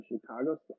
chicago